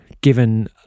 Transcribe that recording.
given